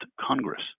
Congress